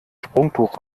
sprungtuch